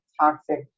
toxic